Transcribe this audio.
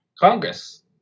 Congress